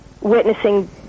witnessing